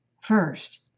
First